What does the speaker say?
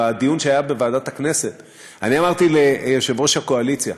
בדיון שהיה בוועדת הכנסת אני אמרתי ליושב-ראש הקואליציה: